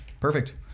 Perfect